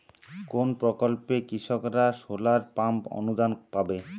কোন প্রকল্পে কৃষকরা সোলার পাম্প অনুদান পাবে?